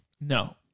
No